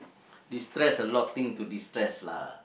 destress a lot thing to destress lah